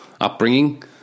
upbringing